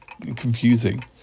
confusing